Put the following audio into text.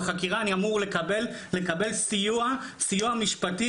בחקירה אני אמור לקבל סיוע משפטי.